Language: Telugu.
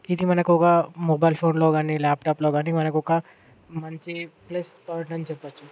ఇది మనకు ఒక మొబైల్ ఫోన్లో గానీ ల్యాప్టాప్లో గానీ మనకు ఒక మంచి ప్లస్ పాయింట్ అని చెప్పొచ్చు